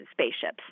spaceships